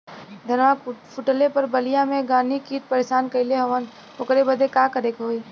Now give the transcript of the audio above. धनवा फूटले पर बलिया में गान्ही कीट परेशान कइले हवन ओकरे बदे का करे होई?